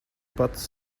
pats